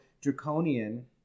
draconian